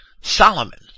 Solomon